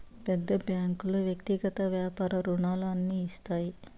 పెద్ద బ్యాంకులు వ్యక్తిగత వ్యాపార రుణాలు అన్ని ఇస్తాయి